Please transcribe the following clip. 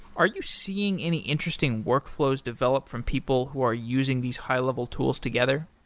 are you seeing any interesting workflows developed from people who are using these high level tools together?